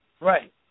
Right